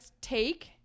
take